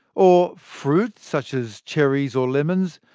or fruit such as cherries or lemons,